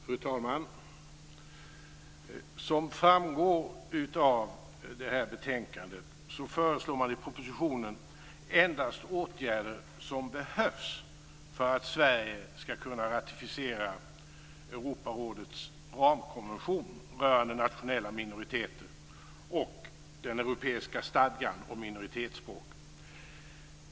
Fru talman! Som framgår av det här betänkandet föreslår man i propositionen endast åtgärder som behövs för att Sverige ska kunna ratificera Europarådets ramkonvention rörande nationella minoriteter och den europeiska stadgan om minoritetsspråk.